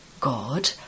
God